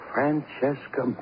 Francesca